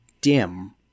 dim